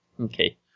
Okay